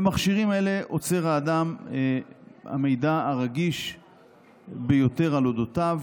במכשירים אלה אוצר האדם את המידע הרגיש ביותר על אודותיו.